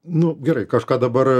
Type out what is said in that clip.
nu gerai kažką dabar